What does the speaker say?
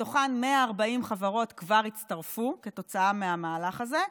מתוכן 140 חברות כבר הצטרפו, כתוצאה מהמהלך הזה,